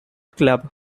club